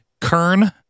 Kern